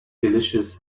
delicious